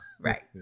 Right